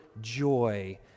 joy